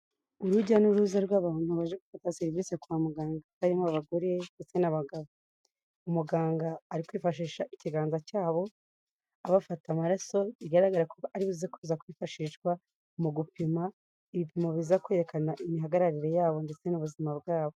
Urujya n'uruza rw'abantu baje gufata serivisi kwa muganga. Harimo abagore ndetse n'abagabo. Umuganga ari kwifashisha ikiganza cyabo, abafata amaraso bigaragara ko aribuze kuza kwifashishwa mu gupima ibipimo biza kwerekana imihagararire yabo ndetse n'ubuzima bwabo.